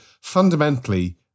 Fundamentally